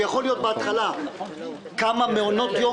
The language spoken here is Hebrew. זה יכול להיות בהתחלה כמה מעונות יום